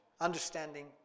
understanding